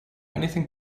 anything